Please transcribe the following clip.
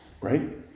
Right